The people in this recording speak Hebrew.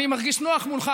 אני מרגיש נוח מולך,